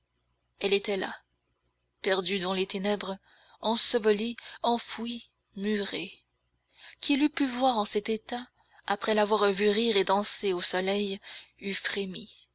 elle était là perdue dans les ténèbres ensevelie enfouie murée qui l'eût pu voir en cet état après l'avoir vue rire et danser au soleil eût frémi